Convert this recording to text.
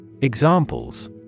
Examples